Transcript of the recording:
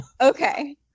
Okay